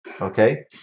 okay